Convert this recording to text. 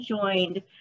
joined